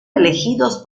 elegidos